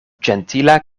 ĝentila